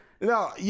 No